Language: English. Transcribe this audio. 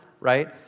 right